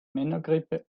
männergrippe